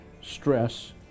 stress